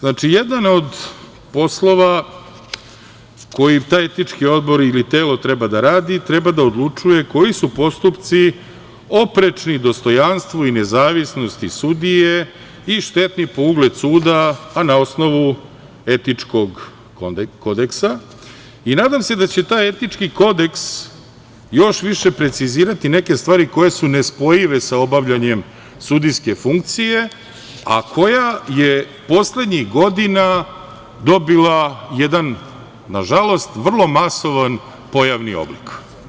Znači, jedan od poslova koji taj Etički odbor ili telo treba da radi treba da odlučuje koji su postupci oprečni dostojanstvu i nezavisnosti sudija i štetni po ugled suda, a na osnovu Etičkog kodeksa i nadam se da će taj Etički kodeks još više precizirati neke stvari koje su nespojive sa obavljanjem sudijske funkcije, a koja je poslednjih godina dobila jedan nažalost vrlo masovan pojavni oblik.